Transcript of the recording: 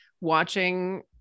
watching